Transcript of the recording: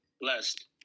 Blessed